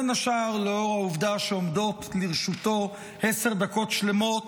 בין השאר לאור העובדה שעומדות לרשותו עשר דקות שלמות,